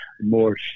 more